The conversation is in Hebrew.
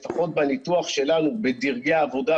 לפחות בניתוח שלנו בדרגי העבודה,